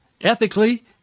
ethically